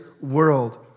world